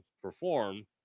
perform